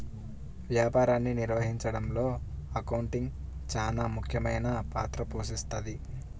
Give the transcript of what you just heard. వ్యాపారాన్ని నిర్వహించడంలో అకౌంటింగ్ చానా ముఖ్యమైన పాత్ర పోషిస్తది